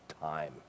time